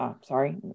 Sorry